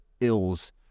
ills